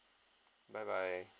bye bye